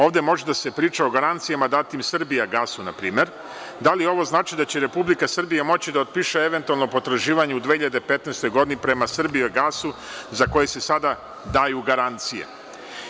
Ovde može da se priča o garancijama datim „Srbijagasu“, npr. Da li ovo znači da će Republika Srbija moći da otpiše eventualno potraživanje u 2015. godini prema „Srbijagasu“ za koje se sada daju garancije?